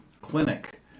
clinic